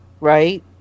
right